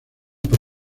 por